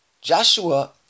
Joshua